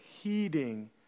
heeding